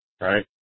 right